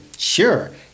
Sure